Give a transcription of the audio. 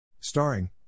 Starring